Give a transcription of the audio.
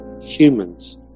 humans